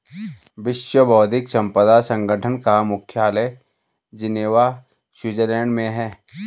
विश्व बौद्धिक संपदा संगठन का मुख्यालय जिनेवा स्विट्जरलैंड में है